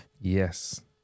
Yes